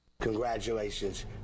Congratulations